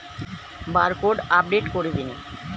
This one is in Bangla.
বারকোড আপডেট করে দিন?